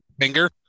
finger